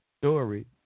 story